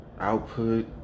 output